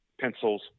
pencils